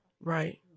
Right